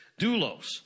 doulos